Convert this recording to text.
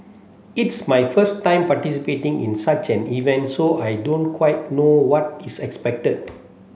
it's my first time participating in such an event so I don't quite know what is expected